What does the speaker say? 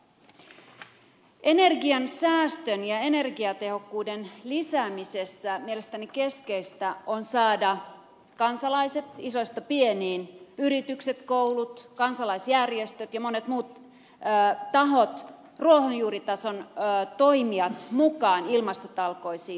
energiansäästön ja energiatehokkuuden lisäämisessä mielestäni keskeistä on saada kansalaiset isoista pieniin yritykset koulut kansalaisjärjestöt ja monet muut tahot ruohonjuuritason toimijat mukaan ilmastotalkoisiin